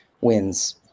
wins